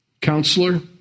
Counselor